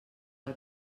del